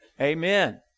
Amen